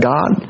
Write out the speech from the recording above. God